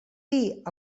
dir